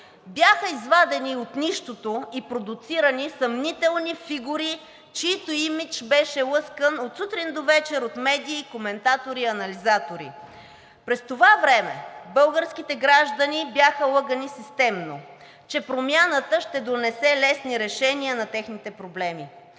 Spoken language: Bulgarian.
Бяха извадени от нищото и продуцирани съмнителни фигури, чийто имидж беше лъскан от сутрин до вечер от медии, коментатори, анализатори. През това време българските граждани бяха лъгани системно, че промяната ще донесе лесни решения на техните проблеми.